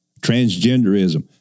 transgenderism